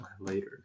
later